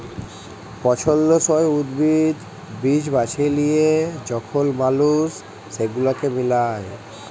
পছল্দসই উদ্ভিদ, বীজ বাছে লিয়ে যখল মালুস সেগুলাকে মিলায়